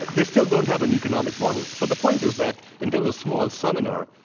they still don't have an economic model. but the point is that in terms of small seminar,